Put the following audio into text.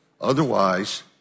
Otherwise